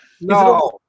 No